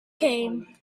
came